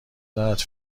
دارد